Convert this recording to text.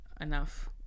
Enough